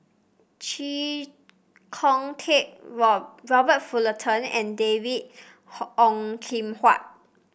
Chee Kong Tet Rob Robert Fullerton and David Ong Kim Huat